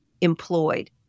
employed